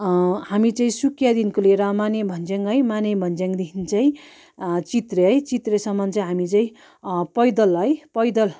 हामी चाहिँ सुखियादेखिको लिएर मानेभन्ज्याङ है मानेभन्ज्याङदेखि चाहिँ चित्रे है चित्रेसम्म चाहिँ हामी चाहिँ पैदल है पैदल